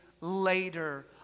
later